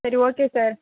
சரி okay sir